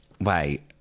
wait